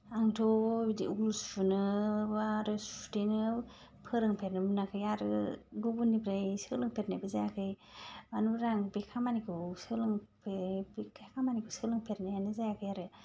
आंथ' बिदि उल सुनो बो आरो सुथेनायाव फोरोंफेरनो मोनाखै आरो गुबुननिफ्राय सोलोंफेरनायबो जायाखै मानो होनबा आं बे खामानिखौ सोलोंफेरै बे खामानिखौ सोलोंफेरनायानो जायाखै आरो